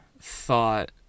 thought